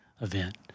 event